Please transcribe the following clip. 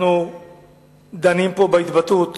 אנחנו דנים פה בהתבטאות